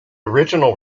original